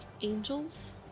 angels